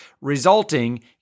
resulting